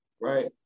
right